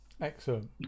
Excellent